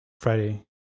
Friday